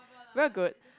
we are good